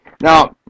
Now